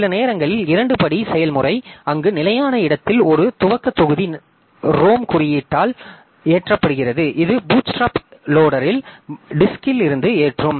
சில நேரங்களில் 2 படி செயல்முறை அங்கு நிலையான இடத்தில் ஒரு துவக்க தொகுதி ரோம் குறியீட்டால் ஏற்றப்படுகிறது இது பூட்ஸ்ட்ராப் ஏற்றியை வட்டில் இருந்து ஏற்றும்